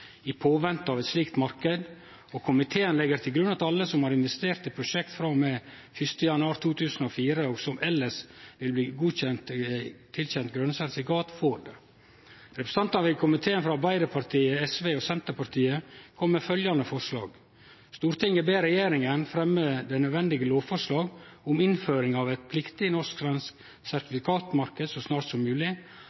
i påvente av et slikt marked, og komiteen legger til grunn at alle som investerer i prosjekter fra og med 1. januar 2004, og som ellers vil bli tilkjent grønt sertifikat, får det.» Representantane i komiteen frå Arbeidarpartiet, SV og Senterpartiet kom med følgjande forslag: «Stortinget ber Regjeringen legge frem det nødvendige lovforslag om innføring av et pliktig norsk-svensk sertifikatmarked så snart som mulig.